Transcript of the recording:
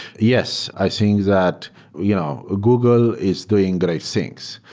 yes, i think that you know ah google is doing great things.